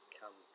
come